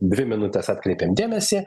dvi minutes atkreipėm dėmesį